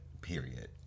period